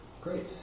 great